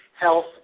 health